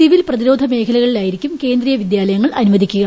civil പ്രതിരോധ മേഖലകളിലായിരിക്കും കേന്ദ്രീയ വിദ്യാലയങ്ങൾ അനുവദിക്കുക